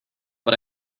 but